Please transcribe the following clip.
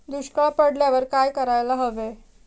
दुष्काळ पडल्यावर काय करायला हवे?